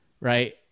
right